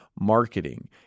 marketing